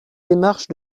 démarche